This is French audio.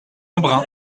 embrun